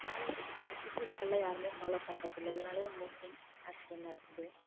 சாலை விதிகள் அந்த குறியீடுகள்லாம் யாருமே ஃபாலோ பண்றதில்லை இதனாலேயே மோஸ்ட்லி ஆக்சிடென்ட் நடக்குது